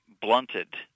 blunted